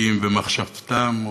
אטיים במחשבתם,